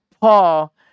Paul